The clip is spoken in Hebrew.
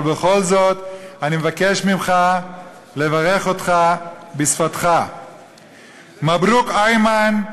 אבל בכל זאת אני מבקש לברך אותך בשפתך (מברך בשפה הערבית).